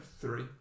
Three